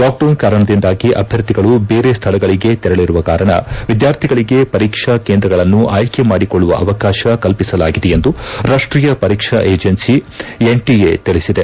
lockdown ಕಾರಣದಿಂದಾಗಿ ಅಭ್ಯರ್ಥಿಗಳು ಬೇರೆ ಸ್ಥಳಗಳಿಗೆ ತೆರಳುವ ಕಾರಣ ವಿದ್ಯಾರ್ಥಿಗಳಿಗೆ ಪರೀಕ್ಷಾ ಕೇಂದ್ರಗಳನ್ನು ಆಯ್ಕೆ ಮಾಡಿಕೊಳ್ಳುವ ಅವಕಾಶ ಕಲ್ಪಿಸಲಾಗಿದೆ ಎಂದು ರಾಷ್ಟೀಯ ಪರೀಕ್ಷಾ ಏಜೆನ್ಸಿ ಎನ್ಟಎ ತಿಳಿಸಿದೆ